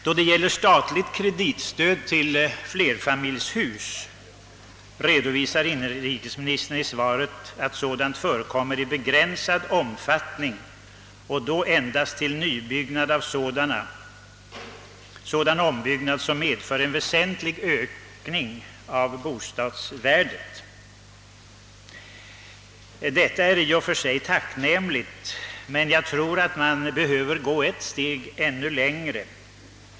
Då det gäller statligt kreditstöd till flerfamiljshus redovisar inrikesministern i svaret att sådant stöd utgår »endäst till nybyggnad och sådan ombyggnad som medför en väsentlig ökning av bostadsvärdet». Detta är i och för sig tacknämligt, men jag tror att man behöver gå ett steg längre.